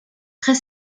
très